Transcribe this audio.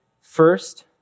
first